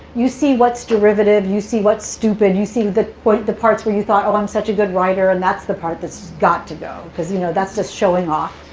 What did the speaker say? you see what's derivative, you see what's stupid, you see the the parts where you thought, oh, i'm such a good writer and that's the part that's got to go, because you know, that's just showing off.